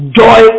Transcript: joy